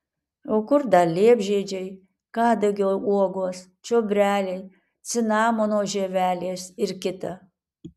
o kur dar liepžiedžiai kadagio uogos čiobreliai cinamono žievelės ir kita